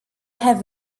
have